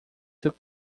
took